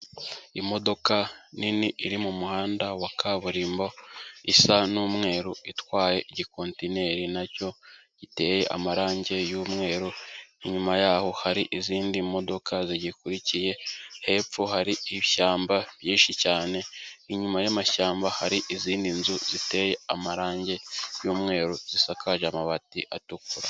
Imodoka nini iri mu muhanda wa kaburimbo isa n'umweru itwaye igikontineri nacyo giteye amarangi y'umweru inyuma yaho hari izindi modoka zigikurikiye hepfo hari ishyamba byinshi cyane inyuma y'amashyamba hari izindi nzu ziteye amarangi y'umweru zisakaje amabati atukura.